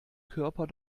körper